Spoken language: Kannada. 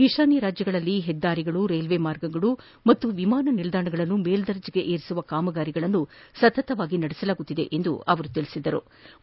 ಈಶಾನ್ಯ ರಾಜ್ಯಗಳಲ್ಲಿ ಹೆದ್ದಾರಿಗಳು ರೈಲ್ವೆ ಮಾರ್ಗಗಳು ಮತ್ತು ವಿಮಾನ ನಿಲ್ದಾಣಗಳನ್ನು ಮೇಲ್ದರ್ಜೆಗೇರಿಸುವ ಕಾಮಗಾರಿಗಳನ್ನು ಸತತವಾಗಿ ನಡೆಸಲಾಗುತ್ತಿದೆ ಎಂದು ಹೇಳದರು